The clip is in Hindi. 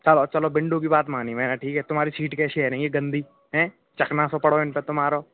चलो चलो बिंडु कि बात मानी मैंने ठीक है तुम्हारी सीट कैसी है रही हैं गंदी हैं चखना तो पड़ो है इनपर तुम्हारो